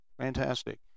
fantastic